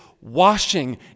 washing